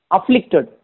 Afflicted